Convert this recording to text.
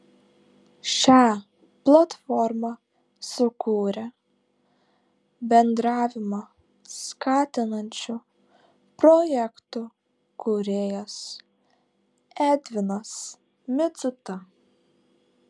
šią platformą sukūrė bendravimą skatinančių projektų kūrėjas edvinas micuta